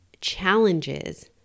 challenges